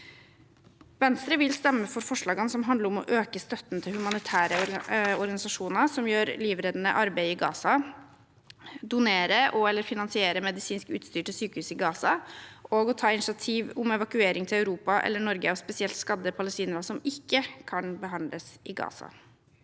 Venstre vil stemme for forslagene som handler om å øke støtten til humanitære organisasjoner som gjør livreddende arbeid i Gaza, om å donere og/eller finansiere medisinsk utstyr til sykehus i Gaza og om å ta initiativ til evakuering til Europa eller Norge av spesielt skadde palestinere som ikke kan behandles i Gaza.